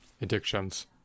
addictions